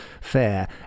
fair